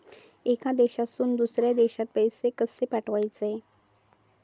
एका देशातून दुसऱ्या देशात पैसे कशे पाठवचे?